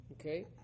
okay